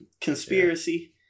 Conspiracy